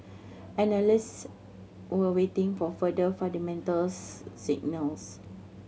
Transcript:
analysts were waiting for further fundamental signal